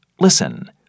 Listen